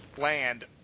land